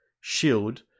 shield